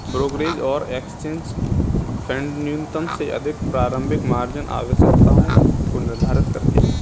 brokerage और exchange फेडन्यूनतम से अधिक प्रारंभिक मार्जिन आवश्यकताओं को निर्धारित करते हैं